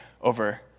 over